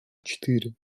четыре